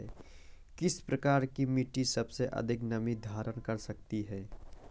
किस प्रकार की मिट्टी सबसे अधिक नमी धारण कर सकती है?